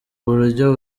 buryo